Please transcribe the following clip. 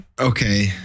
Okay